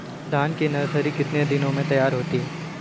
धान की नर्सरी कितने दिनों में तैयार होती है?